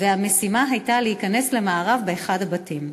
והמשימה הייתה להיכנס למארב באחד הבתים.